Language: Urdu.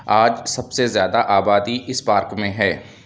آج سب سے زیادہ آبادی اس پارک میں ہے